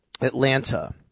Atlanta